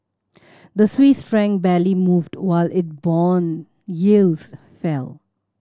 the Swiss franc barely moved while it bond yields fell